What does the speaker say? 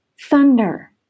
thunder